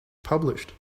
published